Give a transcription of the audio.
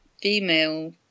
female